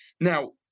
Now